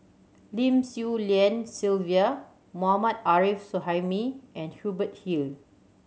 Lim Swee Lian Sylvia Mohammad Arif Suhaimi and Hubert Hill